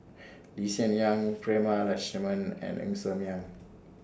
Lee Hsien Yang Prema Letchumanan and Ng Ser Miang